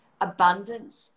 abundance